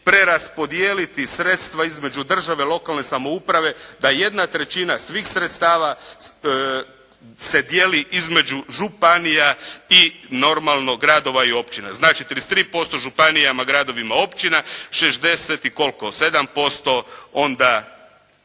preraspodijeliti sredstva između države, lokalne samouprave, da jedna trećina svih sredstava se dijeli između županija i normalno gradova i općina. Znači 33% županijama, gradovima, općina, 60 i koliko 7% onda